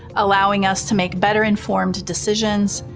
allowing us to make better informed decisions,